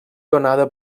donada